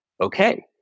Okay